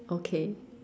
okay